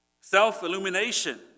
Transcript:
Self-illumination